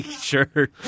Sure